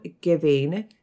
giving